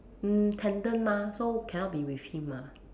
mm tandem mah so cannot be with him ah